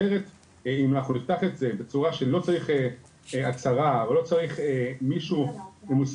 אחרת אם אנחנו נפתח את זה בצורה שלא צריך הצהרה או לא צריך מישהו מוסמך